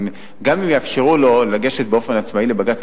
גם אם יאפשרו לו לגשת באופן עצמאי לבג"ץ,